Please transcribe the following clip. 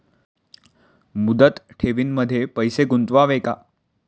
मुदत ठेवींमध्ये पैसे गुंतवावे का?